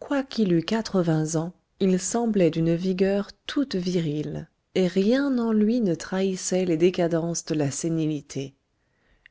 quoiqu'il eût quatre-vingts ans il semblait d'une vigueur toute virile et rien en lui ne trahissait les décadences de la sénilité